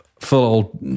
Full